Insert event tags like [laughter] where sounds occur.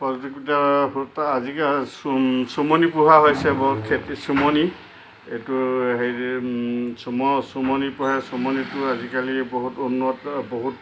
[unintelligible] চোম চোমনি পোহা হৈছে বহুত খেতি চোমনি এইটো হেৰি চোম চোমনি পুহে চোমনিতো আজিকালি বহুত উন্নত বহুত